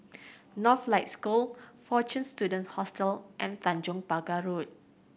Northlight School Fortune Students Hostel and Tanjong Pagar Road